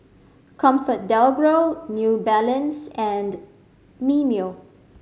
ComfortDelGro New Balance and Mimeo